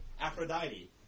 Aphrodite